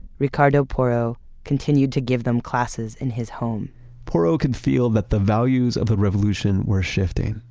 ricardo porro continued to give them classes in his home porro could feel that the values of the revolution were shifting,